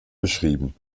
beschrieben